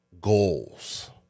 goals